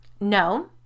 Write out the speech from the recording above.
No